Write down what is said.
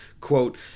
quote